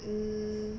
mm